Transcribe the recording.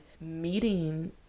meeting